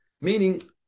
meaning